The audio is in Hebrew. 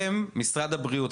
אתם משרד הבריאות.